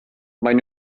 maen